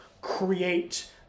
create